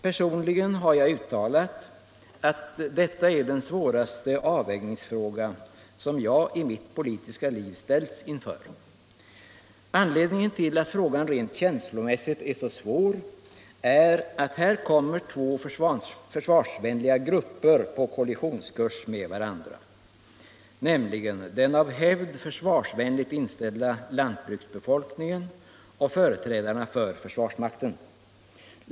Personligen har jag uttalat att detta är den svåraste avvägningsfråga som jag i mitt politiska liv har ställts inför. Anledningen till att frågan rent känslomässigt är så svår är att här kommer två försvarsvänliga grupper på kollisionskurs med varandra: den av hävd försvarsvänligt inställda jordbruksbefolkningen och företrädarna för försvarsmakten.